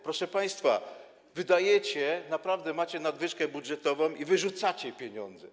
Proszę państwa, naprawdę macie nadwyżkę budżetową i wyrzucacie pieniądze.